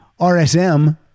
RSM